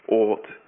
ought